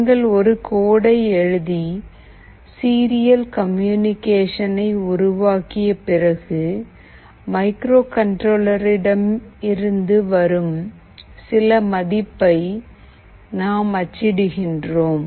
நீங்கள் ஒரு கோடை எழுதி சீரியல் கம்யூனிகேஷனை உருவாக்கிய பிறகு மைக்ரோகண்ட்ரோலரிடமிருந்து வரும் சில மதிப்பை நாம் அச்சிடுகிறோம்